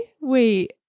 Wait